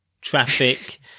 traffic